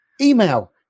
Email